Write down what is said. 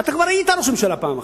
אתה כבר היית ראש ממשלה פעם אחת,